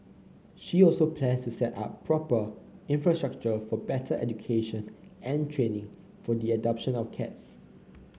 she also plans to set up proper infrastructure for better education and training for the adoption of cats